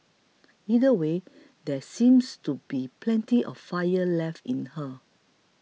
either way there seems to be plenty of fire left in her